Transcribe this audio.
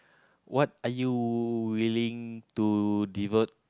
what are you willing to devote